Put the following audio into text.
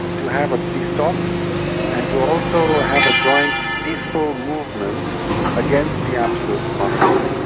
to have ah peace talks and to also have a joint peaceful movement against the absolute monarchy.